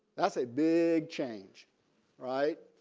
that's a big change right.